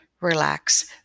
relax